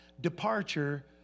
departure